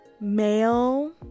male